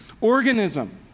organism